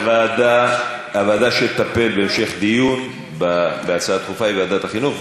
הוועדה שתטפל בהמשך בהצעה הדחופה היא ועדת החינוך.